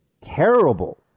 terrible